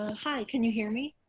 ah hi, can you hear me?